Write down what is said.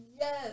Yes